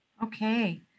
Okay